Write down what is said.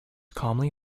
calmly